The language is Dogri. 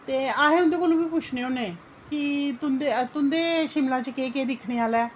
ते अस उं'दे कोलूं गै पुच्छने होन्ने कि तुंदे शिमला च केह् केह् दिक्खने आह्ला ऐ